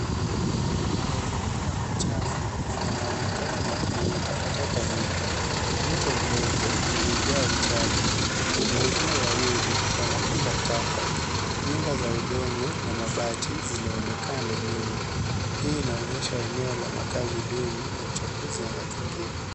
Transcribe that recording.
Mazingira machafu yanaonekana yenye takataka nyingi. Mto mdogo umejaa uchafu. Nguruwe wawili wanakula taka. Nyumba za udongo na mabati zinaonekana nyuma. Hii inaonyesha eneo la makazi duni na uchafuzi ya mazingira.